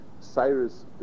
Cyrus